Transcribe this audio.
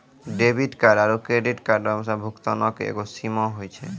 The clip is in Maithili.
डेबिट कार्ड आरू क्रेडिट कार्डो से भुगतानो के एगो सीमा होय छै